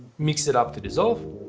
mix it up to dissolve,